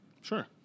Sure